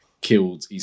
killed